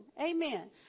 amen